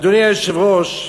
אדוני היושב-ראש,